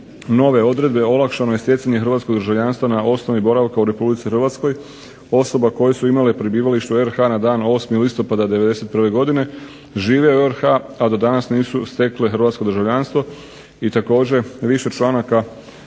hrvatskog državljanstva na osnovi boravka u RH osoba koje su imale prebivalište u RH na dan 8. listopada '91. godine, žive u RH, a do danas nisu stekle hrvatsko državljanstvo. I također više članaka uređuje